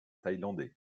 thaïlandais